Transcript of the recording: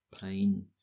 pain